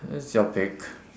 it's your pick